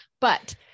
But-